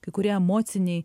kai kurie emociniai